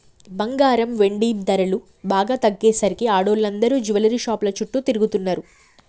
బంగారం, వెండి ధరలు బాగా తగ్గేసరికి ఆడోళ్ళందరూ జువెల్లరీ షాపుల చుట్టూ తిరుగుతున్నరు